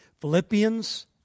Philippians